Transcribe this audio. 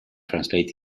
translated